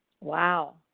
Wow